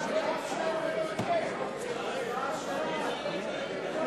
הצבעה שמית.